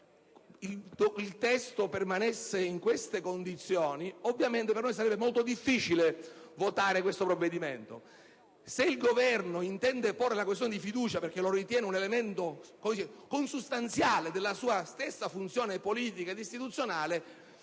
se il testo rimarrà così com'è ovviamente per noi sarebbe molto difficile votarlo favorevolmente. Se il Governo intende porre la questione di fiducia perché lo ritiene un elemento consustanziale alla sua stessa funzione politica e istituzionale,